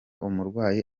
umurwayi